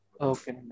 Okay